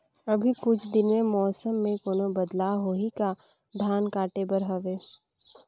अभी कुछ दिन मे मौसम मे कोनो बदलाव होही का? धान काटे बर हवय?